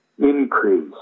increase